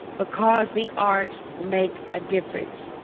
because the arts make a difference.